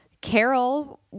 Carol